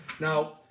Now